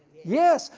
yes,